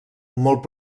molt